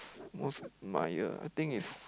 most admire I think is